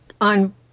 on